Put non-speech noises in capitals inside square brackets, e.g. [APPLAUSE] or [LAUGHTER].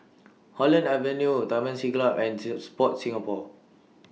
[NOISE] Holland Avenue Taman Siglap and till Sport Singapore